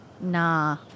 nah